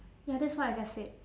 ya that's what I just said